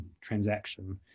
transaction